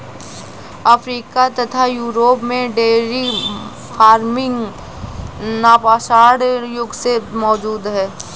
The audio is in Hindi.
अफ्रीका तथा यूरोप में डेयरी फार्मिंग नवपाषाण युग से मौजूद है